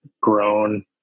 grown